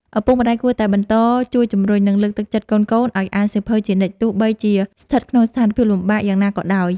ឪពុកម្តាយគួរតែបន្តជួយជំរុញ និងលើកទឹកចិត្តកូនៗឱ្យអានសៀវភៅជានិច្ច ទោះបីជាស្ថិតក្នុងស្ថានភាពលំបាកយ៉ាងណាក៏ដោយ។